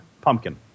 pumpkin